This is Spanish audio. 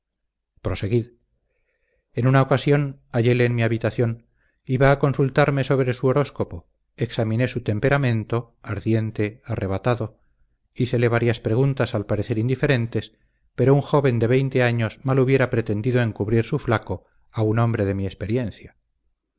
proseguid en una ocasión halléle en mi habitación iba a consultarme sobre su horóscopo examiné su temperamento ardiente arrebatado hícele varias preguntas al parecer indiferentes pero un joven de veinte años mal hubiera pretendido encubrir su flaco a un hombre de mi experiencia